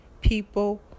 people